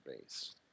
Base